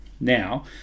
now